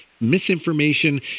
misinformation